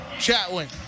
Chatwin